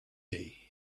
day